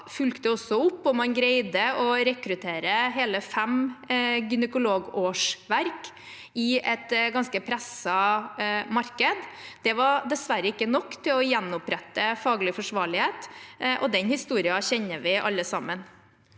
fulgte også opp, og man greide å rekruttere hele fem gynekologårsverk i et ganske presset marked. Det var dessverre ikke nok til å gjenopprette faglig forsvarlighet. Den historien kjenner vi alle sammen.